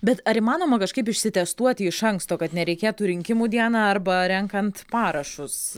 bet ar įmanoma kažkaip išsitestuoti iš anksto kad nereikėtų rinkimų dieną arba renkant parašus